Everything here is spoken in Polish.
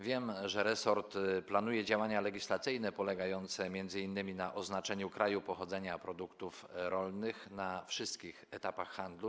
Wiem, że resort planuje działania legislacyjne polegające m.in. na oznaczeniu kraju pochodzenia produktów rolnych na wszystkich etapach handlu.